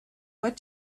what